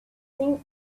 seen